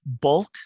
bulk